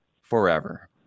forever